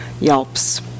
yelps